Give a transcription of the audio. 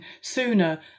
sooner